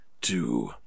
two